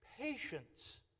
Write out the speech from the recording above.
patience